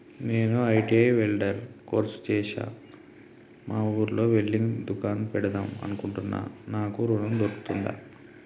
నేను ITI welder course చేశ్న మా ఊర్లో వెల్డింగ్ దుకాన్ పెడదాం అనుకుంటున్నా నాకు ఋణం దొర్కుతదా?